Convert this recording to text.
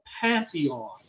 pantheon